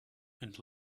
and